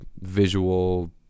visual